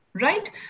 right